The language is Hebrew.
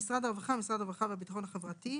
"משרד הרווחה" - משרד הרווחה והביטחון החברתי,